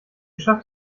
schafft